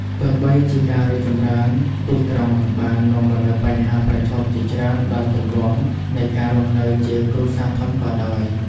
ទោះបីជាការរីកចម្រើនទីក្រុងបាននាំមកនូវបញ្ហាប្រឈមជាច្រើនដល់ទម្រង់នៃការរស់នៅជាគ្រួសារធំក៏ដោយ។